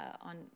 on